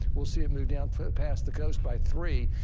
we'll see a move down for the past the coast by three.